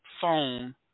phone